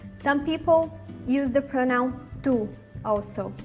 some people use the pronoun tu also,